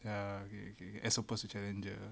ah okay okay as opposed to challenger